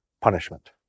punishment